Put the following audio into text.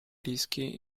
rischi